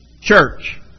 church